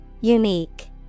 Unique